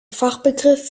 fachbegriff